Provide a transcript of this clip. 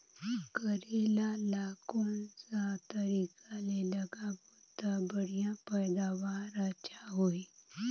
करेला ला कोन सा तरीका ले लगाबो ता बढ़िया पैदावार अच्छा होही?